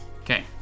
okay